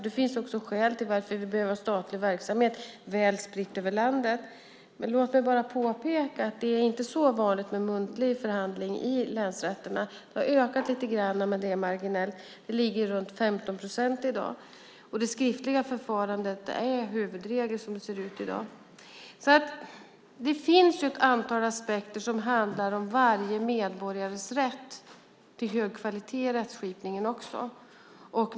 Det finns också skäl till att vi behöver ha statlig verksamhet väl spritt över landet. Låt mig bara påpeka att det inte är så vanligt med muntlig förhandling i länsrätterna. Det har ökat lite grann, men det är marginellt. Det ligger i dag runt 15 procent. Det skriftliga förfarandet är huvudregel som det ser ut i dag. Det finns ett antal aspekter som handlar om varje medborgares rätt till hög kvalitet i rättskipningen.